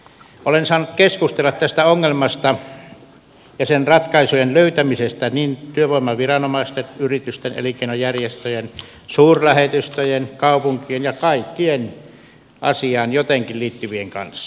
olen saanut keskustella tästä ongelmasta ja sen ratkaisujen löytämisestä työvoimaviranomaisten yritysten elinkeinojärjestöjen suurlähetystöjen kaupunkien ja kaikkien asiaan jotenkin liittyvien kanssa